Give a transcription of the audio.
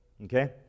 Okay